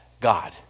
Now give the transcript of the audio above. God